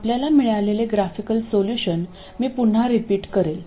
आपल्याला मिळालेले graphical solution मी पुन्हा रिपीट करेल